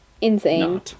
Insane